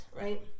right